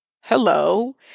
hello